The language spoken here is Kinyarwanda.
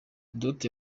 duterte